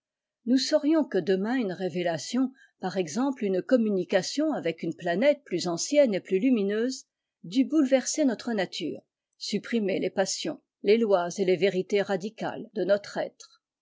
nous saurions que demain une révélation par exemple une communication avec une planète plus aucune et plus lumineuse dût bouleverser notre ture supprimer les passions les lois et les rites radicales de notre être